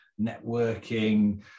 networking